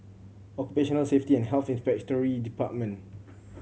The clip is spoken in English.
Occupational Safety and Health Inspectorate Department